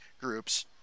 groups